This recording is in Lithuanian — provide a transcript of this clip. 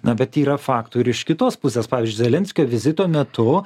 na bet yra faktų ir iš kitos pusės pavyzdžiui zelenskio vizito metu